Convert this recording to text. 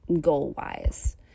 goal-wise